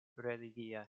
religia